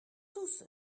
tous